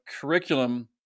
curriculum